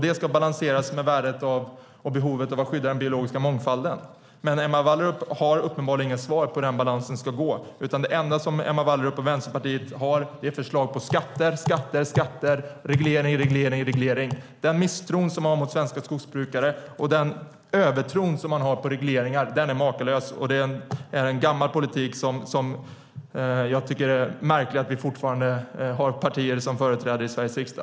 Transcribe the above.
Det ska balanseras mot värdet och behovet av att skydda den biologiska mångfalden. Men Emma Wallrup har uppenbarligen inga svar på hur den balansen ska uppnås, utan det enda som Emma Wallrup och Vänsterpartiet har är förslag på skatter och regleringar. Den misstro man har mot svenska skogsbrukare och den övertro man har på regleringar är makalösa. Det är en gammal politik som det är märkligt att vi fortfarande har partier som företräder i Sveriges riksdag.